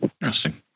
Interesting